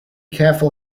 careful